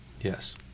Yes